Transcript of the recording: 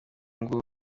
ng’ubu